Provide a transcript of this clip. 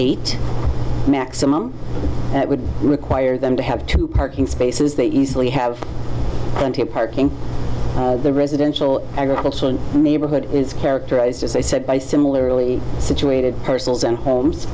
eight maximum that would require them to have two parking spaces they easily have plenty of parking the residential agricultural neighborhood is characterized as i said by similarly situated parcels and homes